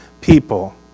people